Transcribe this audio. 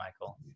Michael